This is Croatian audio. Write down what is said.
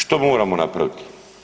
Što moramo napraviti?